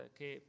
Che